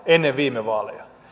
ennen viime vaaleja